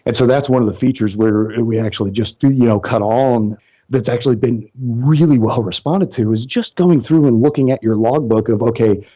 and so that's one of the features where we actually just you know cut on that's actually been really well-responded to, is just going through and looking at your logbook of, okay.